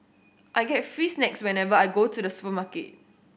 I get free snacks whenever I go to the supermarket